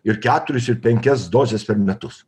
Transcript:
ir keturias ir penkias dozes per metus